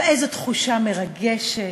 ואיזו תחושה מרגשת,